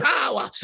power